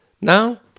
Now